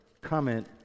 comment